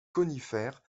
conifères